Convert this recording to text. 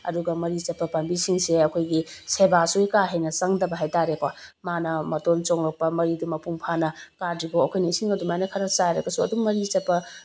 ꯑꯗꯨꯒ ꯃꯔꯤ ꯆꯠꯄ ꯄꯥꯝꯕꯤꯁꯤꯡ ꯑꯁꯦ ꯑꯩꯈꯣꯏꯒꯤ ꯁꯦꯕꯁꯨ ꯀꯥꯍꯦꯟꯅ ꯆꯪꯗꯕ ꯍꯥꯏꯇꯔꯦꯀꯣ ꯃꯅꯥ ꯃꯇꯣꯟ ꯆꯣꯡꯂꯛꯄ ꯃꯔꯤꯗꯣ ꯃꯄꯨꯝ ꯐꯥꯅ ꯀꯥꯗ꯭ꯔꯤ ꯐꯥꯎꯕ ꯑꯩꯈꯣꯏꯅ ꯏꯁꯤꯡ ꯑꯗꯨꯃꯥꯏꯅ ꯈꯔ ꯆꯥꯏꯔꯒꯁꯨ ꯑꯗꯨꯝ ꯃꯔꯤ ꯆꯠꯄ